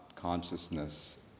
Consciousness